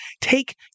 take